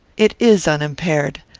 it is unimpaired.